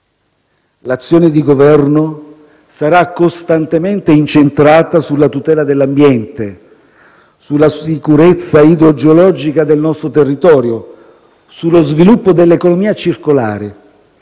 l'azione di Governo sarà costantemente incentrata sulla tutela dell'ambiente, sulla sicurezza idrogeologica del nostro territorio e sullo sviluppo dell'economia circolare.